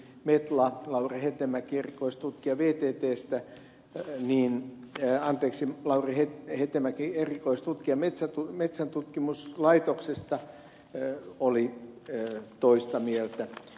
metla lauri hetemäki erikoistutkijapiirteistä taysiin ja yksi lauri hetemäki erikoistutkija metsäntutkimuslaitoksesta oli toista mieltä